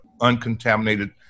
uncontaminated